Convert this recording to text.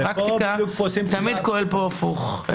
בפרקטיקה זה תמיד פועל הפוך.